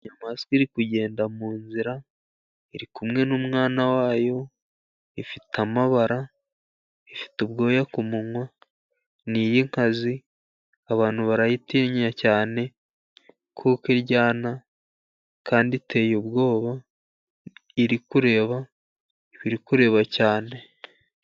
Inyamaswa iri kugenda mu nzira, iri kumwe n'umwana wayo. Ifite amabara, ifite ubwoya ku munwa. Ni iy'inkazi abantu barayitinya cyane kuko iryana, kandi iteye ubwoba. Iri kureba iri kureba cyane.